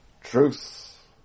truth